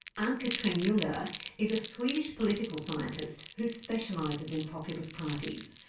ann-cathrine jungar is a swedish political scientist who specialises in populist parties,